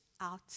out